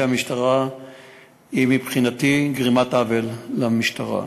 המשטרה היא מבחינתי גרימת עוול למשטרה.